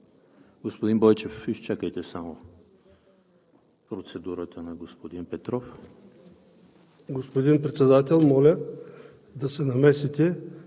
Господин Бойчев, изчакайте процедурата на господин Петров.